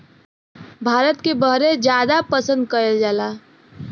भारत के बहरे जादा पसंद कएल जाला